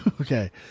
okay